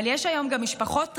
אבל יש היום גם משפחות רבות,